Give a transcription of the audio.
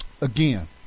again